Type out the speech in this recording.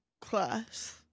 class